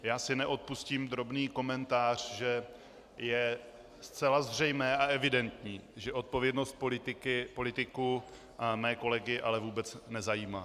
Já si neodpustím drobný komentář, že je zcela zřejmé a evidentní, že odpovědnost politiků mé kolegy ale vůbec nezajímá.